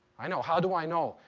i know. how do i know?